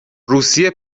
روسیه